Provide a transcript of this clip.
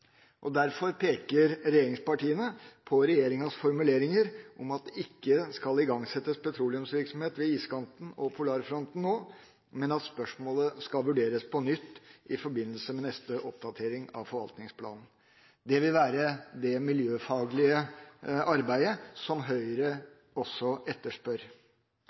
og polarfronten. Derfor peker regjeringspartiene på regjeringas formuleringer om at det ikke skal igangsettes petroleumsvirksomhet ved iskanten og polarfronten nå, men at spørsmålet skal vurderes på nytt i forbindelse med neste oppdatering av forvaltningsplanen. Det vil være det miljøfaglige arbeidet som Høyre også etterspør.